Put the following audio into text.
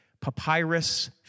Papyrus